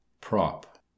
prop